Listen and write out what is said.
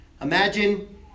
Imagine